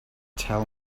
tell